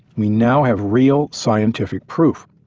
we now have real scientific proof.